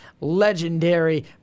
legendary